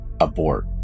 Abort